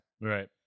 Right